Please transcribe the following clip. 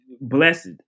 blessed